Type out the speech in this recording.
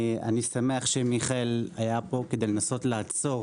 אני שמח שמיכאל היה פה כדי לנסות לעצור